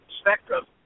spectrum